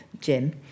Jim